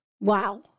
wow